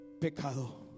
pecado